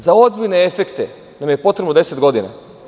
Za ozbiljne efekte nam je potrebno 10 godina.